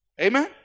Amen